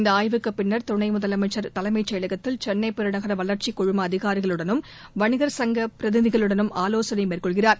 இந்த ஆய்வுக்குப் பின்னர் துணை முதலமைச்சர் தலைமைச் செயலகத்தில் சென்னை பெருநகர வளர்ச்சிக் குழும அதிகாரிகளுடனும் வணிகர் சங்கப் பிரதிநிதிகளுடனும் ஆலோசனை நடத்துகிறார்